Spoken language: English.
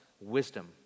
wisdom